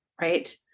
right